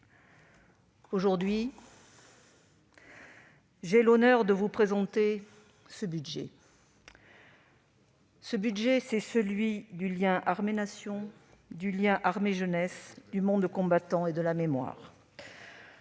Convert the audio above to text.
Aujourd'hui, j'ai l'honneur de vous présenter ce budget, celui du lien armée-Nation, du lien armée-jeunesse, du monde combattant et de la mémoire.